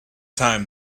time